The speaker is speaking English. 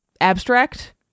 abstract